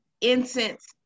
incense